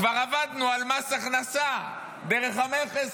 כבר עבדנו על מס הכנסה דרך המכס,